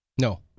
No